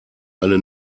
eine